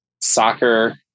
soccer